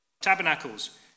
Tabernacles